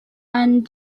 and